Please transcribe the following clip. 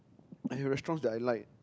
I have restaurants that I like